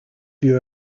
view